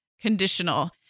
Conditional